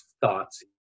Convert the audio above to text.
thoughts